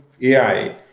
AI